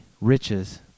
riches